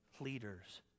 leaders